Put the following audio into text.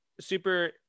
super